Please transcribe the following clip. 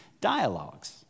dialogues